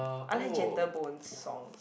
I like Gentle-Bones' songs